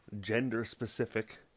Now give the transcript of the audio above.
gender-specific